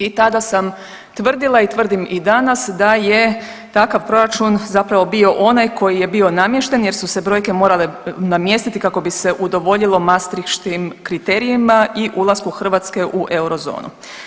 I tada sam tvrdila i tvrdim i danas da je takav proračun zapravo bio onaj koji je bio namješten jer su se brojke morale namjestiti kako bi se udovoljilo Mastriškim kriterijima i ulasku Hrvatske u eurozonu.